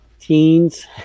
teens